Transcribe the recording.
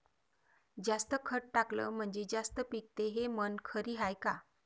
जास्त खत टाकलं म्हनजे जास्त पिकते हे म्हन खरी हाये का?